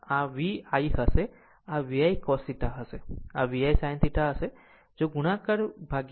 આમ આ VI હશે આ VI cos θ હશે આ VI sin θ હશે જો ગુણાકાર V